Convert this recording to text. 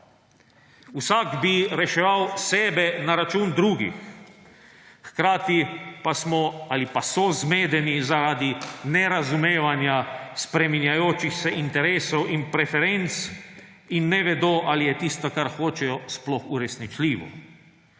Vsak bi reševal sebe na račun drugih; hkrati pa smo ali pa so zmedeni zaradi nerazumevanja spreminjajočih se interesov in preferenc in ne vedo, ali je tisto, kar hočejo, sploh uresničljivo.